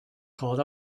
called